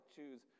choose